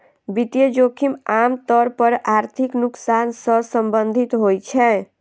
वित्तीय जोखिम आम तौर पर आर्थिक नुकसान सं संबंधित होइ छै